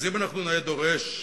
אם אנחנו נאה דורש,